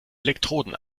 elektroden